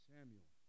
Samuel